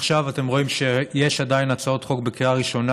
עכשיו אתם רואים שבעצם יש עדיין הצעות חוק בקריאה ראשונה,